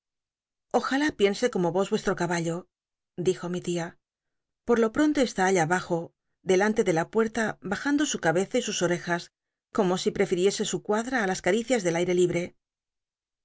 ojal piense como os uestro caballo dijo mi tia pot lo pronto est i all i abajo delante de la puerta bajando su cabeza y us oejas como si prefiriese su cuadra á las caticias rlel aire libre